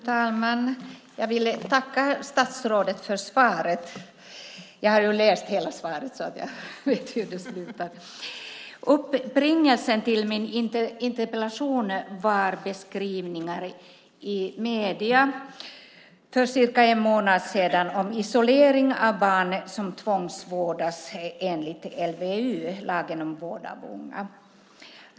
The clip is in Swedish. Fru talman! Jag vill tacka statsrådet för svaret! Jag har läst hela svaret, så jag vet hur det slutar. Upprinnelsen till min interpellation var beskrivningar i medierna för cirka en månad sedan av isolering av barn som tvångsvårdas enligt LVU, lagen om vård av unga.